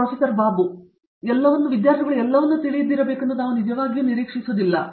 professor Babu Vishwanath ಅವರಿಗೆ ಎಲ್ಲವನ್ನೂ ತಿಳಿಯಲು ನೀವು ನಿಜವಾಗಿಯೂ ನಿರೀಕ್ಷಿಸುವುದಿಲ್ಲ